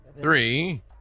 three